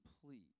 complete